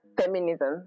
feminism